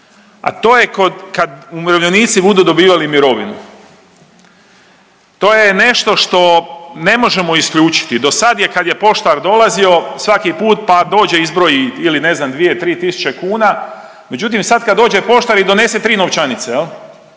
a to je kad umirovljenici budu dobivali mirovinu, to je nešto što ne možemo isključiti, do sad je, kad je poštar dolazio, svaki put pa dođe i izbroji ili ne znam, 2, 3 tisuće kuna, međutim, sad kad dođe poštar i donese 3 novčanice, je